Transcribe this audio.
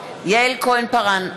נגד יעל כהן-פארן,